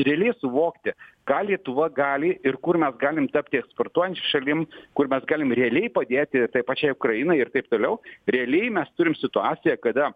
realiai suvokti ką lietuva gali ir kur mes galim tapti spurtuojančia šalims kur bet galim realiai padėti tai pačiai ukrainai ir taip toliau realiai mes turim situaciją kada